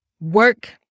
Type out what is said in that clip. work